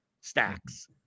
stacks